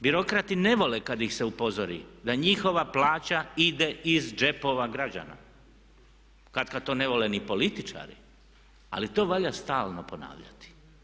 Birokrati ne voli kada se upozori da njihova plaća ide iz džepova građana, katkad to ne vole ni političari ali to valja stalno ponavljati.